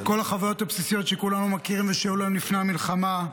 כל החוויות הבסיסיות שכולנו מכירים ושהיו להם לפני המלחמה,